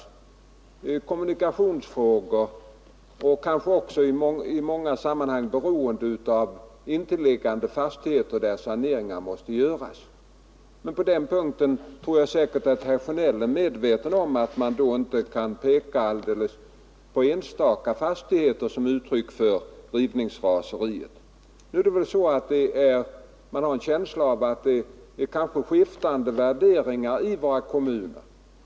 Det kan vara kommunikationsfrågor, och det kan sammanhänga med nödvändiga saneringar av intilliggande fastigheter. På den punkten tror jag säkert, att herr Sjönell är medveten om att man inte kan peka på enstaka fastigheter som uttryck för rivningsraseri. Man har en känsla av att det förekommer skiftande värderingar i våra kommuner.